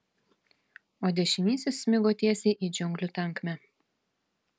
o dešinysis smigo tiesiai į džiunglių tankmę